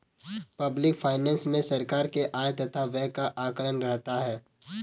public finance मे सरकार के आय तथा व्यय का आकलन रहता है